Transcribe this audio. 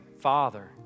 father